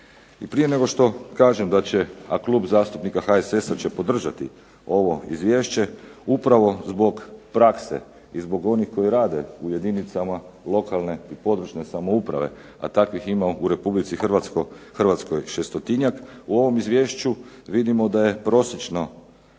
prije nego što kažem da će, a Klub zastupnika HSS-a će podržati ovo Izvješće upravo zbog prakse i zbog onih koji rade u jedinicama lokalne i područne samouprave, a takvih ima u Republici Hrvatskoj šestotinjak u ovom Izvješću vidimo da je prosječno